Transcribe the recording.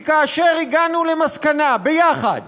כי כאשר הגענו למסקנה ביחד